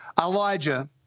Elijah